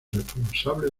responsable